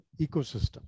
ecosystem